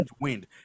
wind